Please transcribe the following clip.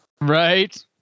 Right